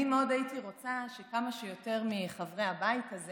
אני מאוד הייתי רוצה שכמה שיותר מחברי הבית הזה